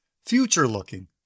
future-looking